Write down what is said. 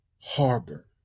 harbor